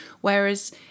Whereas